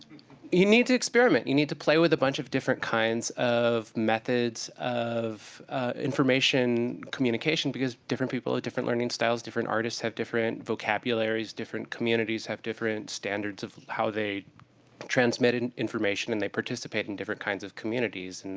you need to experiment. you need to play with a bunch of different kinds of methods of information communication, because different people have ah different learning styles. different artists have different vocabularies. different communities have different standards of how they transmit information, and they participate in different kinds of communities.